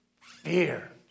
fear